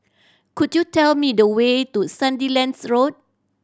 could you tell me the way to Sandilands Road